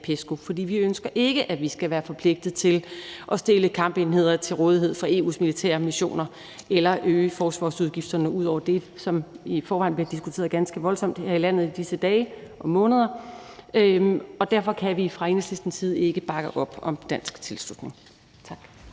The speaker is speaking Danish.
PESCO. For vi ønsker ikke, at man skal være forpligtet til at stille kampenheder til rådighed for EU's militære missioner eller øge forsvarsudgifterne ud over det, som i forvejen bliver diskuteret ganske voldsomt her i landet i disse dage og måneder. Og derfor kan vi fra Enhedslistens side ikke bakke op om en dansk tilslutning. Tak.